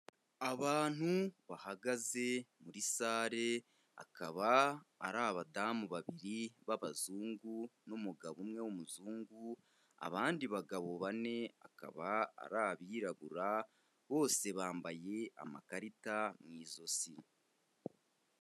Abantu bahagaze muri sale, akaba ari abadamu babiri b'abazungu n'umugabo umwe w'umuzungu, abandi bagabo bane akaba ari abirabura; bose bambaye amakarita mu ijosi.